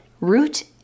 root